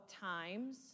times